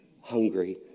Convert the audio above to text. hungry